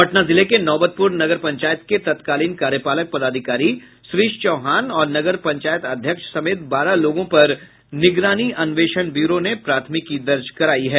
पटना जिले के नौबतपुर नगर पंचायत के तत्कालीन कार्यपालक पदाधिकारी श्रीश चौहान और नगर पंचायत अध्यक्ष समेत बारह लोगों पर निगरानी अन्वेषण ब्यूरो ने प्राथमिकी दर्ज कराया है